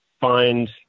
find